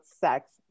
sex